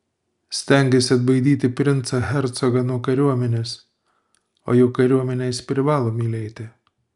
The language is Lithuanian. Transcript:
stengėsi atbaidyti princą hercogą nuo kariuomenės o juk kariuomenę jis privalo mylėti